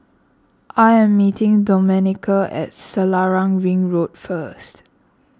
I am meeting Domenica at Selarang Ring Road first